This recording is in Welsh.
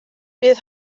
bydd